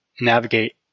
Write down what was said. navigate